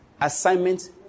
assignment